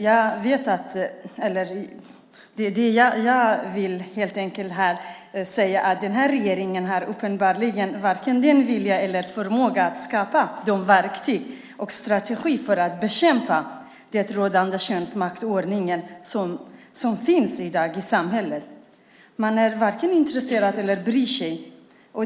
Jag vill helt enkelt säga att regeringen uppenbarligen har varken vilja eller förmåga att skapa verktyg och strategier för att bekämpa den rådande könsmaktsordningen i dagens samhälle. Man är varken intresserad eller bryr sig.